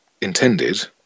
intended